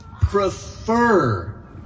prefer